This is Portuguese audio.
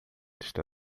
está